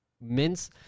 mints